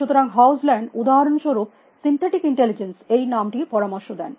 সুতরাং হগেল্যান্ড উদাহরনস্বরুপ synthetic intelligence এই নামটির পরামর্শ দেন